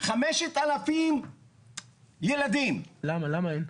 5,000 ילדים --- למה אין?